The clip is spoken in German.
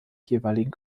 jeweiligen